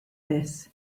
this